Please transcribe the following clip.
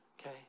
Okay